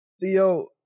Theo